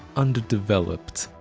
underdeveloped.